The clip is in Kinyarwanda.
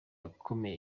akomeye